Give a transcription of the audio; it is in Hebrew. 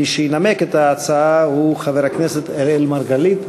מי שינמק את ההצעה הוא חבר הכנסת אראל מרגלית.